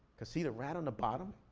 cause see the rat on the bottom?